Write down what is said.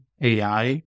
AI